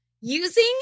Using